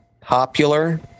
popular